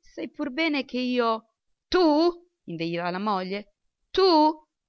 sai pur bene che io tu inveiva la moglie tu